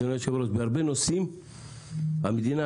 בהרבה נושאים המדינה,